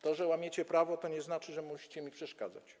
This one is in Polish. To, że łamiecie prawo, to nie znaczy, że musicie mi przeszkadzać.